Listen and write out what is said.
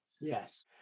yes